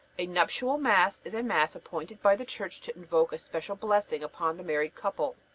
a nuptial mass is a mass appointed by the church to invoke a special blessing upon the married couple.